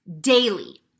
daily